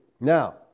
Now